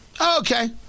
Okay